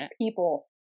people